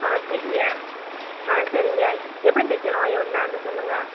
ஆ சரிங்க ஆ சரிங்க எப்படி தைக்கணும் என்னென்னு சொல்லுங்கள்